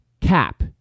cap